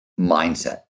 mindset